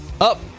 up